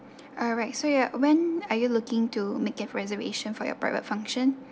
alright so you are when are you looking to make a reservation for your private function